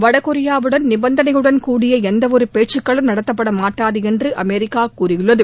வடகொரியாவுடன் நிபந்தனையுடன் கூடிய எந்தவொரு பேச்சுக்களும் நடத்தப்படமாட்டாது என்று அமெரிக்கா கூறியுள்ளது